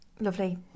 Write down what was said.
Lovely